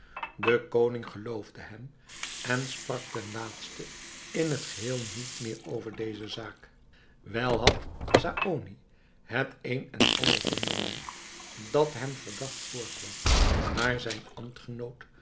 de koning geloofde hem en sprak ten laatste in het geheel niet meer over deze zaak wel had saony het een en ander vernomen dat hem verdacht voorkwam maar zijn